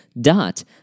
dot